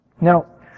Now